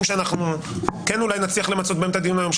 שאנחנו כן אולי נצליח למצות בהם את הדיון היום,